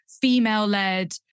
female-led